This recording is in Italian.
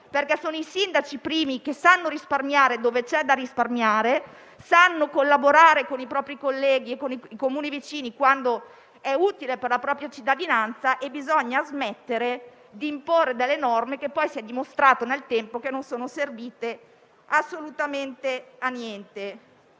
che sono i sindaci i primi che sanno risparmiare dove c'è da risparmiare e sanno collaborare con i propri colleghi e con i Comuni vicini quando è utile per la propria cittadinanza. Bisogna smettere di imporre norme che, nel tempo, non sono servite assolutamente a niente.